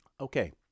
Okay